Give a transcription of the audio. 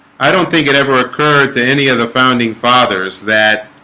i don't think it ever occurred to any of the founding fathers that